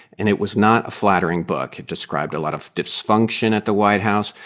and it was not a flattering book. it described a lot of dysfunction at the white house.